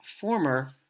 Former